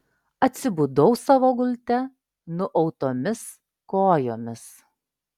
atsibudau savo gulte nuautomis kojomis